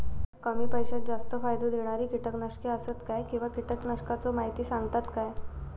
कमी पैशात जास्त फायदो दिणारी किटकनाशके आसत काय किंवा कीटकनाशकाचो माहिती सांगतात काय?